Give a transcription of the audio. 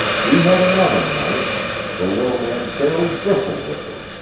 he had another knife the little man fairly bristled with them.